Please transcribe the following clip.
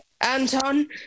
Anton